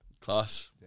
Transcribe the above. Class